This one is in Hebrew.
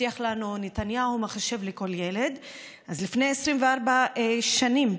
הבטיח לנו נתניהו מחשב לכל ילד לפני 24 שנים.